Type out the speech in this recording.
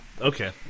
Okay